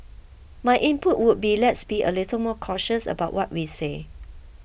my input would be let's be a little more cautious about what we say